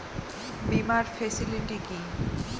বীমার ফেসিলিটি কি?